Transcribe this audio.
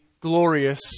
glorious